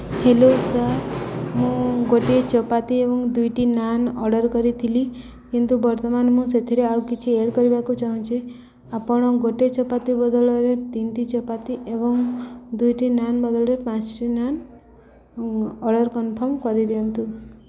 hello sir ମୁଁ ଗୋଟିଏ ଚପାତି ଏବଂ ଦୁଇଟି ନାନ୍ ଅର୍ଡ଼ର କରିଥିଲି କିନ୍ତୁ ବର୍ତ୍ତମାନ ମୁଁ ସେଥିରେ ଆଉ କିଛି ଏଡ଼୍ କରିବାକୁ ଚାହୁଁଛି ଆପଣ ଗୋଟେ ଚପାତି ବଦଳରେ ତିନୋଟି ଚପାତି ଏବଂ ଦୁଇଟି ନାନ୍ ବଦଳରେ ପାଞ୍ଚୋଟି ନାନ୍ ଅର୍ଡ଼ର କନଫର୍ମ କରିଦିଅନ୍ତୁ